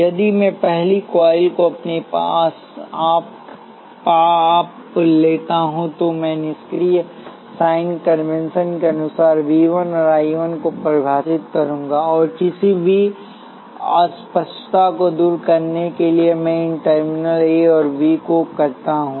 यदि मैं पहली कॉइल को अपने आप लेता हूं तो मैं निष्क्रिय साइन कन्वेंशन के अनुसार वी 1 और आई 1 को परिभाषित करूंगा और किसी भी अस्पष्टता को दूर करने के लिए मैं इन टर्मिनलों ए और बी को करता हूं